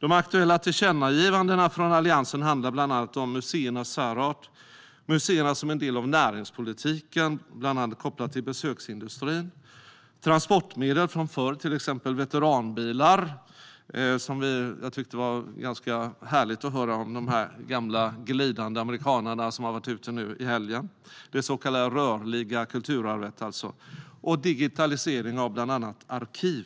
De aktuella tillkännagivandena från Alliansen handlar bland annat om museernas särart, museerna som en del av näringspolitiken, bland annat kopplat till besöksindustrin, transportmedel från förr, till exempel veteranbilar - det var härligt att höra om de gamla glidande amerikanare som har varit ute nu i helgen, det så kallade rörliga kulturarvet - och digitalisering av bland annat arkiv.